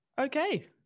Okay